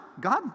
God